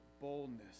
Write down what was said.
boldness